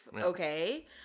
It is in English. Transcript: okay